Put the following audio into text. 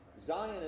Zion